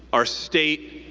our state,